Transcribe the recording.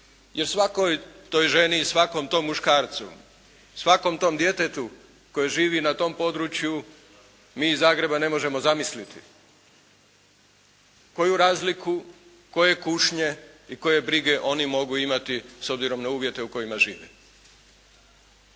jer svakoj toj ženi i svakom tom muškarcu, svakom tom djetetu koje živi na tom području mi iz Zagreba ne možemo zamisliti koju razliku, koje kušnje i koje brige oni mogu imati s obzirom na uvjete u kojima žive.